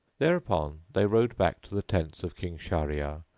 thereupon they rode back to the tents of king shahryar,